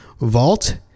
...vault